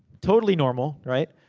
totally normal, right?